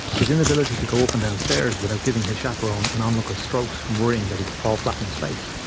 his inability to go up and down stairs without giving his chaperone and onlookers strokes from worrying that he would fall flat on and his face,